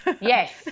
Yes